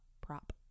prop